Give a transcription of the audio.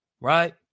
Right